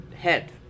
head